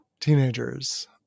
teenagers